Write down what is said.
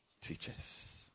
teachers